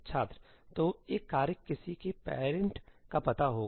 छात्रतो एक कार्य किसी के पैरंट को पता होगा